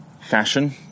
fashion